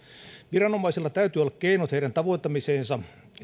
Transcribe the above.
viranomaisilla täytyy olla keinot heidän tavoittamiseensa